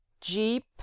jeep